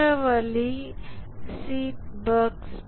மற்ற வழி seat bugs